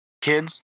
kids